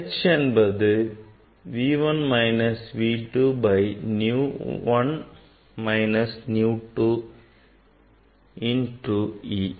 h என்பது V 1 minus V 2 by nu 1 minus nu 2 into e